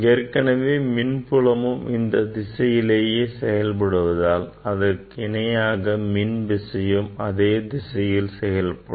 ஏற்கனவே மின்புலமும் இந்த திசையிலேயே செயல்படுவதால் அதற்கு இணையான மின் விசையும் அதே திசையில் செயல்படும்